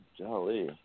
Jolly